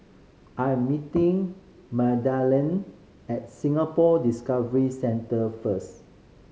I am meeting Magdalene at Singapore Discovery Centre first